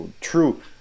true